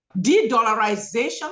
de-dollarization